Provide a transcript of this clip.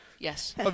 Yes